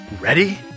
Ready